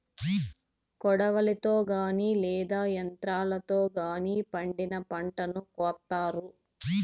కొడవలితో గానీ లేదా యంత్రాలతో గానీ పండిన పంటను కోత్తారు